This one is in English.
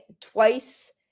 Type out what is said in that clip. twice